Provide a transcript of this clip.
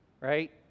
right